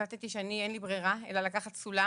החלטתי שאין לי ברירה אלא לקחת סולם